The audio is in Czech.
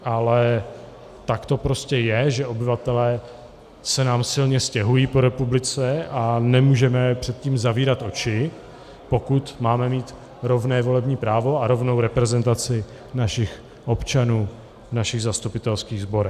Ale tak to prostě je, že obyvatelé se nám silně stěhují po republice, a nemůžeme před tím zavírat oči, pokud máme mít rovné volební právo a rovnou reprezentaci našich občanů v našich zastupitelských sborech.